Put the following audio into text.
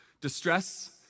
Distress